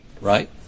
right